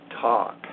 talk